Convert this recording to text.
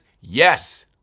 Yes